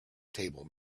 table